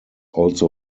also